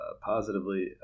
positively